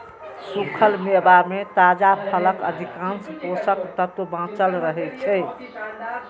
सूखल मेवा मे ताजा फलक अधिकांश पोषक तत्व बांचल रहै छै